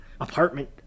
apartment